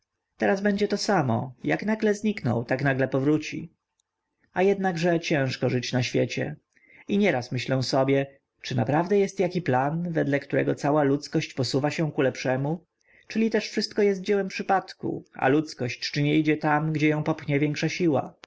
teraz będzie to samo jak nagle zniknął tak nagle powróci a jednakże ciężko żyć na świecie i nieraz myślę sobie czy naprawdę jest jaki plan wedle którego cała ludzkość posuwa się ku lepszemu czyli też wszystko jest dziełem przypadku a ludzkość czy nie idzie tam gdzie ją popchnie większa siła